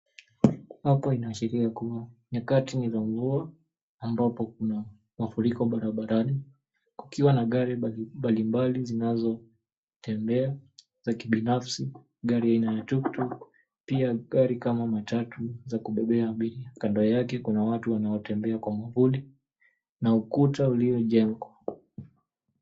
Hapa inaashiria kuwa 𝑛𝑦𝑎𝑘𝑎𝑡𝑖 𝑛𝑖 za mvua, ambapo kuna mafuriko barabarani. Kukiwa na gari mbalimbali zinazotembea, za kibinafsi gari aina ya tuktuk, pia gari kama matatu za kubebea abiria. Kando yake kuna watu wanaotembea kwa mwavuli na ukuta uliojengwa.